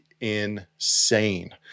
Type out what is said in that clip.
insane